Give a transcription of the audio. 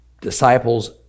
disciples